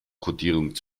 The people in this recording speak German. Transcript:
kodierung